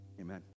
Amen